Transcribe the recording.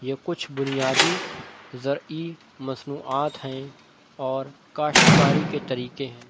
یہ کچھ بنیادی زرعی مصنوعات ہیں اور کاشتکاری کے طریقے ہیں